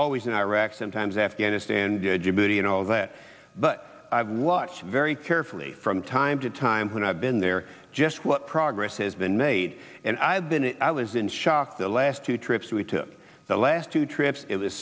always in iraq sometimes afghanistan did you beauty and all that but i've watched very carefully from time to time when i've been there just what progress has been made and i've been in i was in shock the last two trips we took the last two trips it was